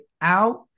out